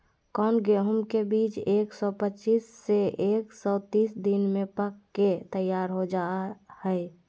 कौन गेंहू के बीज एक सौ पच्चीस से एक सौ तीस दिन में पक के तैयार हो जा हाय?